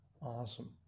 Awesome